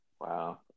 Wow